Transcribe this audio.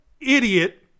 idiot